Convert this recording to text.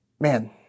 man